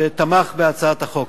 שתמך בהצעת החוק.